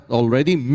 already